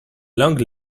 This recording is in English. long